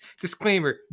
Disclaimer